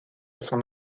son